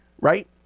right